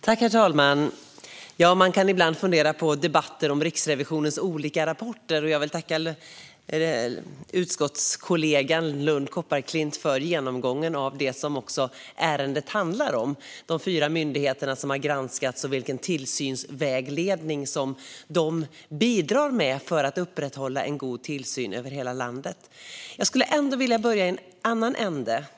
Herr talman! Man kan ibland fundera på debatter om Riksrevisionens olika rapporter. Jag vill tacka utskottskollegan Lund Kopparklint för genomgången av det som ärendet handlar om: de fyra myndigheter som har granskats och vilken tillsynsvägledning de bidrar med för att upprätthålla en god tillsyn över hela landet. Men jag skulle vilja börja i en annan ände.